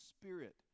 spirit